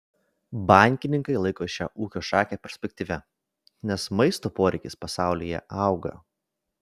bankininkai laiko šią ūkio šaką perspektyvia nes maisto poreikis pasaulyje auga